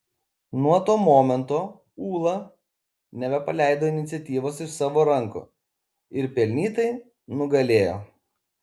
nuo to momento ūla nebepaleido iniciatyvos iš savo rankų ir pelnytai nugalėjo